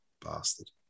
bastard